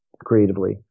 Creatively